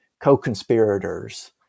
co-conspirators